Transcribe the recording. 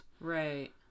right